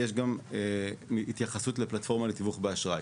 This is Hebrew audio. יש גם התייחסות לפלטפורמה לתיווך באשראי.